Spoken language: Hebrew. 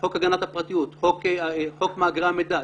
חוק הגנת הפרטיות, חוק מאגרי המידע,